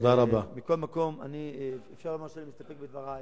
מכל מקום, אפשר לומר שאני מסתפק בדברי.